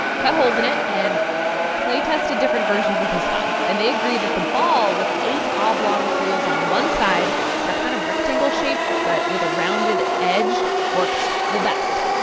cut holes in it and playtested different versions with his son. and they agreed that the ball with eight oblong holes on one side that are kind of rectangle-shaped but with a rounded edge worked the best.